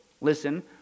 listen